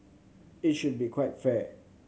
it should be quite fair